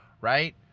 right